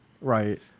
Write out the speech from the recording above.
Right